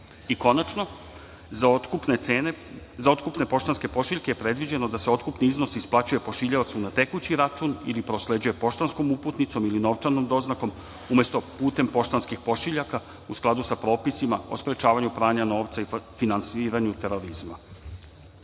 korisnika. Konačno, za otkupne poštanske pošiljke predviđeno je da se otkupni iznos isplaćuje pošiljaocu na tekući račun ili prosleđuje poštanskom uputnicom ili novčanom doznakom, umesto putem poštanskih pošiljaka u skladu sa propisima o sprečavanju pranja novca i finansiranju terorizma.